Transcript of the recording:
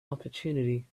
opportunity